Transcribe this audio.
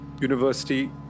university